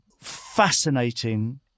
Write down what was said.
fascinating